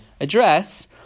address